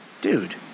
dude